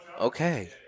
Okay